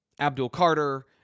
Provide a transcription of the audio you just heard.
Abdul-Carter